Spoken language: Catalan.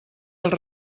els